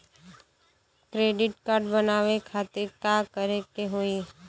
Credit card बनवावे खातिर का करे के होई?